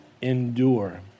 endure